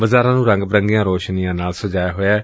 ਬਾਜ਼ਾਰਾਂ ਨੂੰ ਰੰਗ ਬਿਰੰਗੀਆਂ ਰੌਸ਼ਨੀਆਂ ਨਾਲ ਸਜਾਇਆ ਹੋਇਐ